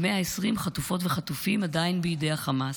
ו-120 חטופות וחטופים עדיין בידי החמאס.